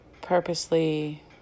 purposely